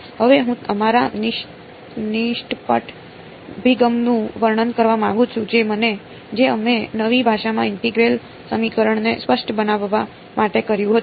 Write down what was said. હવે હું અમારા નિષ્કપટ અભિગમનું વર્ણન કરવા માંગુ છું જે અમે નવી ભાષામાં ઇન્ટેગ્રલ સમીકરણને અસ્પષ્ટ બનાવવા માટે કર્યું હતું